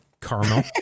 caramel